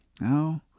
No